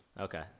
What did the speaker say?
okay